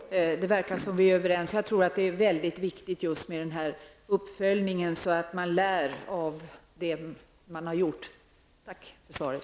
Herr talman! Vi verkar vara överens i det här sammanhanget. Jag tror att det är mycket viktigt just att en uppföljning görs. Det gäller ju att lära av vad man redan har gjort. Jag tackar än en gång för svaret.